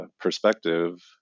perspective